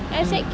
mm